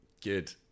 Good